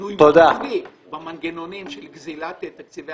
- שינוי מהותי במנגנונים של גזילת תקציבי